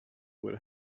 will